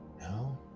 No